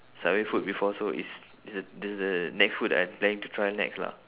subway food before so it's it's the it's the next food that I'm planning to try next lah